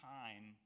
time